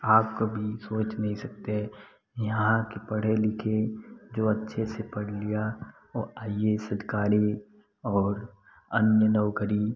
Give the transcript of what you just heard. आप कभी सोच नहीं सकते यहाँ के पढ़े लिखे जो अच्छे से पढ़ लिया वो आई एस अधिकारी और अन्य नौकरी